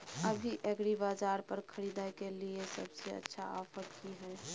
अभी एग्रीबाजार पर खरीदय के लिये सबसे अच्छा ऑफर की हय?